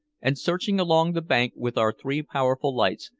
and searching along the bank with our three powerful lights,